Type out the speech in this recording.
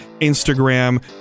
Instagram